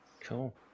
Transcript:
Cool